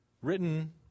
written